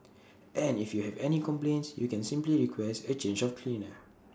and if you have any complaints you can simply request A change of cleaner